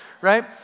right